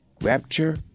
Rapture